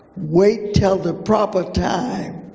wait till the proper time.